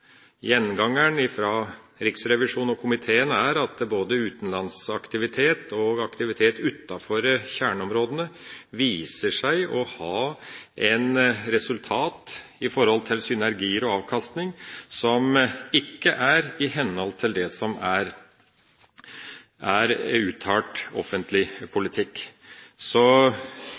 Gjengangeren fra Riksrevisjonen og komiteen er at både utenlandsaktivitet og aktivitet utenfor kjerneområdene viser seg å ha et resultat for synergier og avkastning som ikke er i henhold til det som er uttalt offentlig politikk. Så